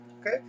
Okay